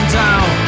down